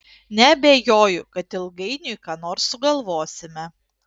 neabejoju kad ilgainiui ką nors sugalvosime